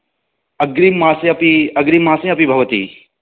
अग्रिममासे अपि अग्रिममासे अपि भवति